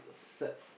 s~